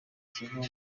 kigo